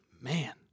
Man